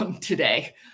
today